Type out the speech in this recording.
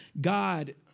God